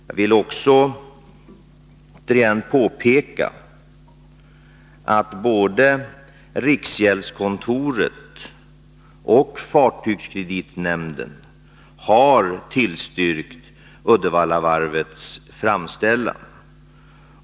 Jag vill återigen påpeka att både riksgäldskontoret och fartygskreditnämnden har tillstyrkt Uddevallavarvets framställan.